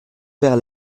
vers